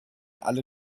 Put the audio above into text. alle